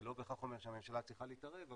זה לא בהכרח אומר שהממשלה צריכה להתערב,